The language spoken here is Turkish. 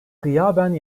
gıyaben